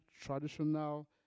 traditional